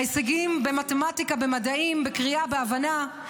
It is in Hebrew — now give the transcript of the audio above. ההישגים במתמטיקה, במדעים, בקריאה, בהבנה.